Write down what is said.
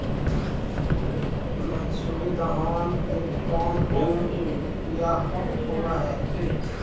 मनसूरी धान के कौन कौन बियाह होव हैं?